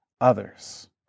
others